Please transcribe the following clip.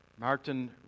Martin